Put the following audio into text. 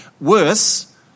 Worse